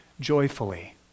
joyfully